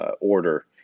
order